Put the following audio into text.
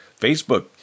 Facebook